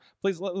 Please